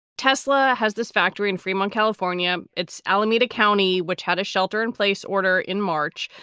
tesla has this factory in fremont, california. it's alameda county, which had a shelter in place order in march.